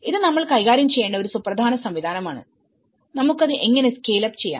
ഇത് നമ്മൾ കൈകാര്യം ചെയ്യേണ്ട ഒരു സുപ്രധാന സംവിധാനമാണ് നമുക്ക് അത് എങ്ങനെ സ്കേൽ അപ്പ് ചെയ്യാം